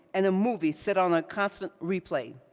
and a movie set on a constant replay.